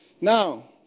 Now